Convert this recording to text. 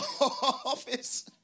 office